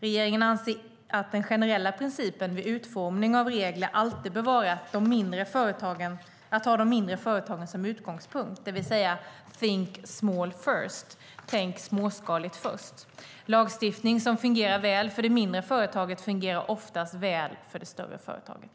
Regeringen anser att den generella principen vid utformning av regler alltid bör vara att ha de mindre företagen som utgångspunkt, det vill säga: think small first - tänk småskaligt först. Lagstiftning som fungerar väl för det mindre företaget fungerar även ofta väl för det större företaget.